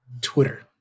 Twitter